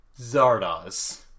Zardoz